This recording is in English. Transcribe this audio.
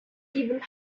even